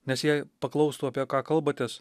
nes jei paklaustų apie ką kalbatės